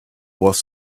was